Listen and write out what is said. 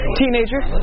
teenager